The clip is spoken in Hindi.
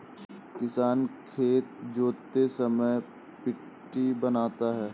किसान खेत जोतते समय पट्टी बनाता है